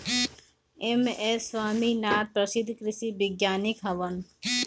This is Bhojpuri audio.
एम.एस स्वामीनाथन प्रसिद्ध कृषि वैज्ञानिक हवन